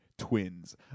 Twins